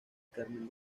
carmen